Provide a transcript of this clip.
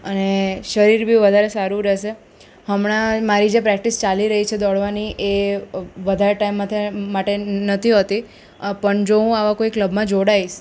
અને શરીર બી વધારે સારું રહેશે હમણાં મારી જે પ્રેક્ટિસ ચાલી રહી છે દોડવાની એ વધારે ટાઈમ માથે માટે નથી હોતી પણ જો હું આવા કોઈ ક્લબમાં જોડાઈશ